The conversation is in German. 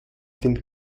den